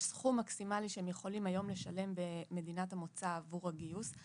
יש סכום מקסימלי שהם יכולים היום לשלם במדינת המוצא עבור הגיוס.